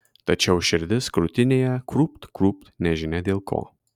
tačiau širdis krūtinėje krūpt krūpt nežinia dėl ko